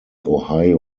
ohio